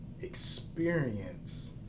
experience